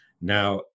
Now